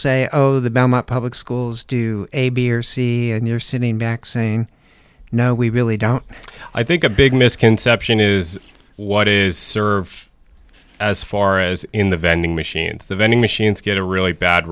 say oh the belmont public schools do a b or c and you're sitting back saying no we really don't i think a big misconception is what is served as far as in the vending machines the vending machines get a really bad